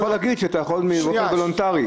אתה יכול להגיד שאתה יכול באופן וולונטרי.